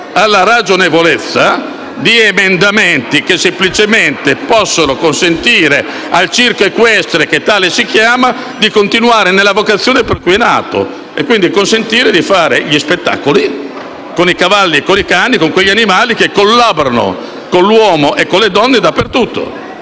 la ragionevolezza di emendamenti che semplicemente consentono al circo equestre - che tale si chiama - di continuare nella vocazione per cui è nato. Dobbiamo, quindi, consentire di fare gli spettacoli con i cavalli e con i cani, con quegli animali che collaborano con gli uomini e con le donne dappertutto,